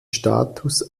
status